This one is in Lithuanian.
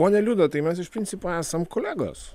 ponia liuda tai mes iš principo esam kolegos